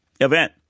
Event